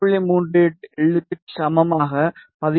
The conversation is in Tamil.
38 l க்கு சமமாக 16